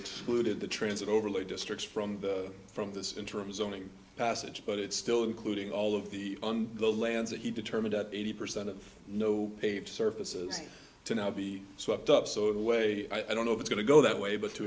excluded the transit overlay districts from from this interim zoning passage but it's still including all of the on the lands that he determined at eighty percent of no paved surfaces to now be swept up so in a way i don't know if it's going to go that way but to